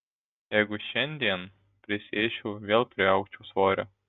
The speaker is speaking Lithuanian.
jeigu šiandien prisiėsčiau vėl priaugčiau svorio